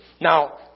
Now